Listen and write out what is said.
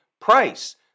price